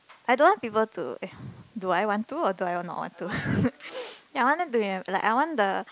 I don't want people to do I want to or do I not want to ya I want them to remem~ like I want the